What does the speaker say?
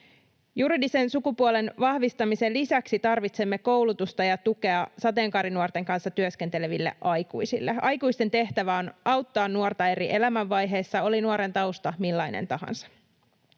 Juridisen sukupuolen vahvistamisen lisäksi tarvitsemme koulutusta ja tukea sateenkaarinuorten kanssa työskenteleville aikuisille. Aikuisten tehtävä on auttaa nuorta eri elämänvaiheessa, oli nuoren tausta millainen tahansa.